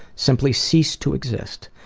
simply cease to exist.